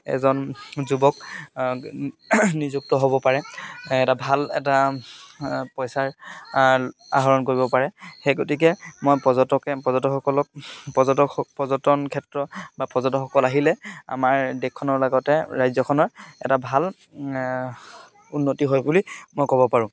এজন যুৱক নিযুক্ত হ'ব পাৰে এটা ভাল এটা পইচাৰ আহৰণ কৰিব পাৰে সেই গতিকে মই পৰ্যটকে পৰ্যটকসকলক পৰ্যটক পৰ্যটন ক্ষেত্ৰ বা পৰ্যটকসকল আহিলে আমাৰ দেশখনৰ লগতে ৰাজ্যখনৰ এটা ভাল উন্নতি হয় বুলি মই ক'ব পাৰোঁ